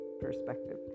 perspective